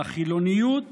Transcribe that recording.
שהחילוניות